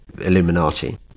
illuminati